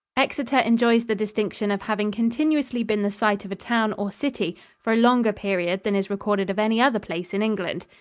exeter enjoys the distinction of having continuously been the site of a town or city for a longer period than is recorded of any other place in england.